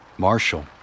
Marshall